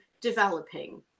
developing